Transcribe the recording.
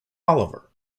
oliver